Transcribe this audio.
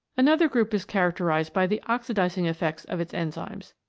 another group is characterised by the oxidising effects of its enzymes.